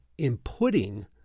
inputting